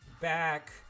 back